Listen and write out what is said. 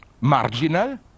marginal